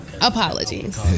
Apologies